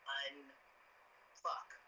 unfuck